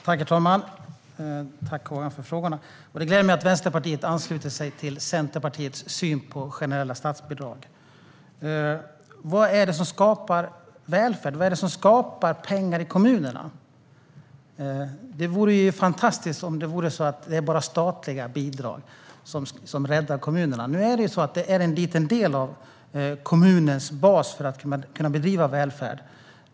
Herr talman! Jag tackar Håkan för frågan. Det gläder mig att Vänsterpartiet ansluter sig till Centerpartiets syn på generella statsbidrag. Vad är det som skapar välfärd? Vad är det som skapar pengar i kommunerna? Det vore ju fantastiskt om det vore så att det bara är statliga bidrag som räddar kommunerna. Detta är en liten del av kommunens bas för att kunna bedriva välfärd.